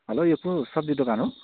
hello यो के सब्जी दोकान हो